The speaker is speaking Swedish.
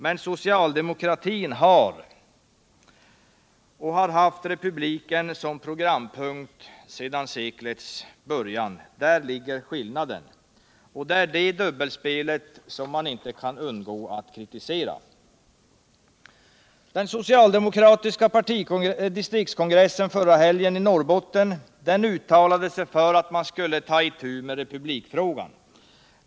Men socialdemokratin har och har haft republiken som programpunkt sedan seklets början. Där ligger skillnaden, och det är detta dubbelspel som man inte kan undgå att kritisera. Den socialdemokratiska distriktskonferensen förra helgen i Norrbotten uttalade sig för att man skulle ta itu med republikfrågan.